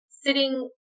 sitting